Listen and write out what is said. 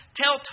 tell